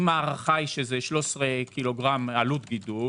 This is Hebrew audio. אם ההערכה היא שזה 13 קילוגרם עלות גידול